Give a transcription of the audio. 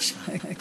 שיש לו את כל הזמן.